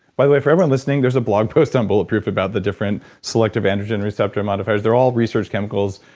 by the way, for everyone listening, there's a blog post on bulletproof about the different selective androgen receptor modifiers. they're all research chemicals.